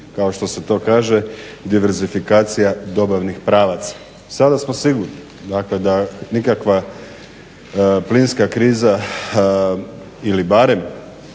kao što se to kaže diversifikacija dobavnih pravaca. Sada smo sigurni da nikakva plinska kriza ili barem